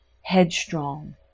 headstrong